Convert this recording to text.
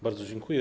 Bardzo dziękuję.